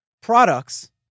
products